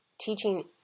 teaching